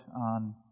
on